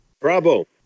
Bravo